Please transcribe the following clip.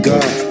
God